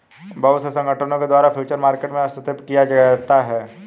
बहुत से संगठनों के द्वारा फ्यूचर मार्केट में हस्तक्षेप किया जाता है